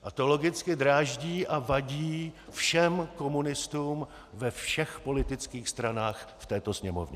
A to logicky dráždí a vadí všem komunistům ve všech politických stranách v této Sněmovně!